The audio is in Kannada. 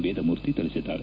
ವೇದಮೂರ್ತಿ ತಿಳಿಸಿದ್ದಾರೆ